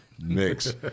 mix